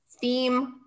theme